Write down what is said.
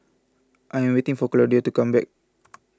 I am waiting for Claudio to come back